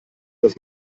dass